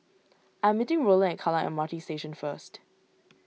I am meeting Rowland at Kallang M R T Station first